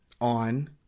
on